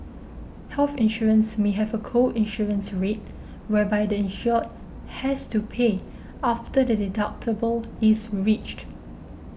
health insurance may have a co insurance rate whereby the insured has to pay after the deductible is reached